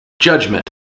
judgment